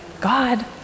God